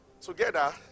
together